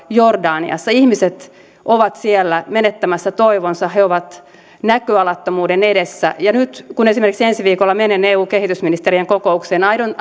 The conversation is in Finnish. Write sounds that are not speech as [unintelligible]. jordaniassa ihmiset ovat siellä menettämässä toivonsa he ovat näköalattomuuden edessä ja nyt kun esimerkiksi ensi viikolla menen eu kehitysministerien kokoukseen aion [unintelligible]